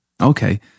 Okay